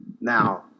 Now